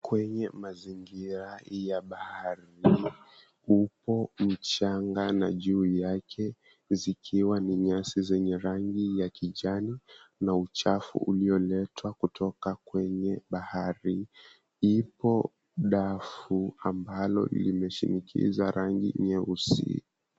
Kwenye mazingira ya bahari upo mchanga na juu yake zikiwa ni nyasi zenye rangi ya kijani na uchafu ulioletwa kutoka kwenye bahari. Ipo dafu ambalo limeshinikiza rangi nyeusi.